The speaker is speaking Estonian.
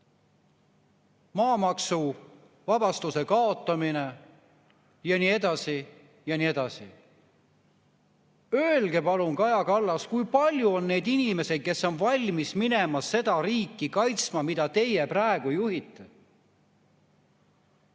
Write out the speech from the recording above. maamaksuvabastuse kaotamine ja nii edasi ja nii edasi. Öelge palun, Kaja Kallas, kui palju on neid inimesi, kes on valmis kaitsma seda riiki, mida teie praegu juhite!